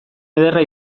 ederra